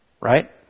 right